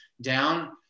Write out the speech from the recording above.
down